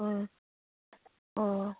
অঁ অঁ